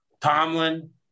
Tomlin